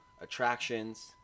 attractions